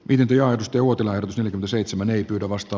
vihdin usti uotila eli gseitsemän ei pyydä vasta